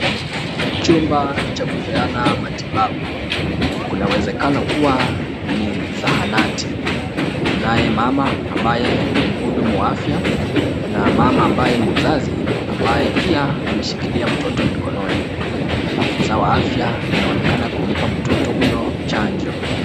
Chumba cha kupeana matibabu. Kunawezekana kuwa ni zahanati. Kunaye mama ambaye ni mhudumu wa afya na mama ambaye ni mzazi ambaye pia ameshikilia mtoto mkononi. Sfisa wa afya anaonekana kumpa mtoto huyo chanjo.